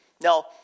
Now